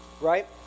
Right